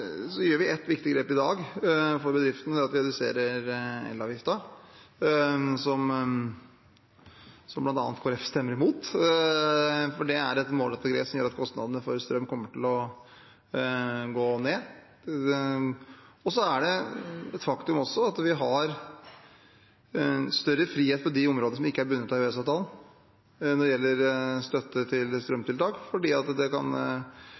vi ett viktig grep for bedriftene i dag: Vi reduserer elavgiften, som bl.a. Kristelig Folkeparti stemmer imot. Det er et målrettet grep som gjør at kostnadene for strøm kommer til å gå ned. Det er også et faktum at vi har større frihet på de områdene som ikke er bundet av EØS-avtalen når det gjelder støtte til strømtiltak, fordi det fort kan